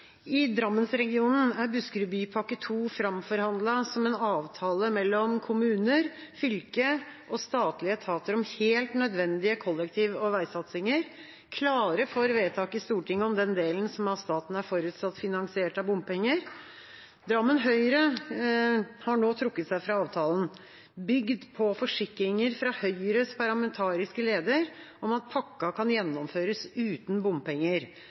som en avtale mellom kommuner, fylke og statlige etater om helt nødvendige kollektiv- og veisatsinger, klare for vedtak i Stortinget om den delen som av staten er forutsatt finansiert av bompenger. Drammen Høyre har nå trukket seg fra avtalen, bygd på forsikringer fra Høyres parlamentariske leder om at pakka kan gjennomføres uten bompenger.